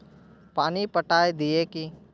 पानी पटाय दिये की?